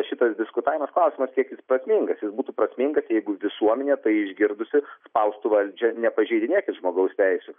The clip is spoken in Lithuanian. šitas diskutavimas klausimas kiek jis prasmingas jis būtų prasmingas jeigu visuomenė tai išgirdusi spaustų valdžią nepažeidinėti žmogaus teisių